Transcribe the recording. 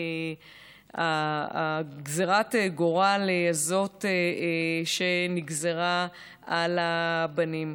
מגזרת הגורל הזאת שנגזרה על הבנים.